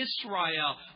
Israel